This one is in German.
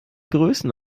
größen